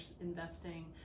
investing